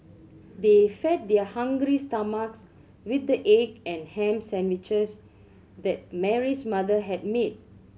they fed their hungry stomachs with the egg and ham sandwiches that Mary's mother had made